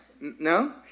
No